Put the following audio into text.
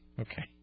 Okay